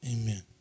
Amen